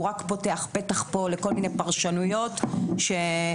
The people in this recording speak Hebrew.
הוא רק פותח פתח לכל מיני פרשנויות מיותרות.